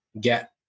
get